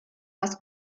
das